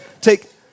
take